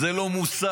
זה לא מוסרי.